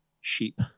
sheep